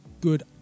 good